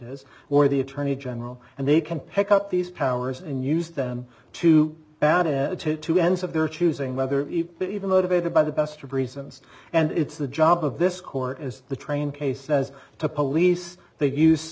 is or the attorney general and they can pick up these powers and use them to two ends of their choosing whether even motivated by the best reasons and it's the job of this court as the train case says to police the use